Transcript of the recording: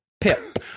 pip